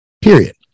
period